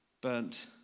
burnt